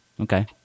Okay